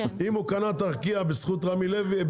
הוא קנה את ישראייר בזכות רמי לוי.